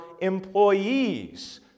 employees